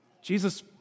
Jesus